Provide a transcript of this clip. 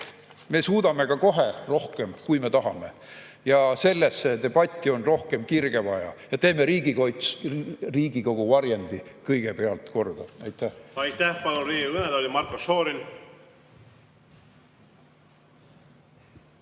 Me suudame ka kohe rohkem, kui me tahame. Sellesse debatti on rohkem kirge vaja. Ja teeme Riigikogu varjendi kõigepealt korda. Aitäh! Aitäh! Palun Riigikogu kõnetooli Marko Šorini.